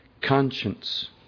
Conscience